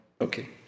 Okay